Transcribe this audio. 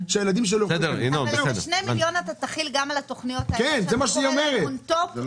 אבל שני מיליון אתה תחיל גם על התוכניות האלה שאתה קורא להן און טופ?